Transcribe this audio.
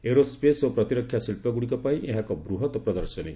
aero space ଓ ପ୍ରତିରକ୍ଷା ଶିଳ୍ପଗୁଡ଼ିକ ପାଇଁ ଏହା ଏକ ବୃହତ ପ୍ରଦର୍ଶନୀ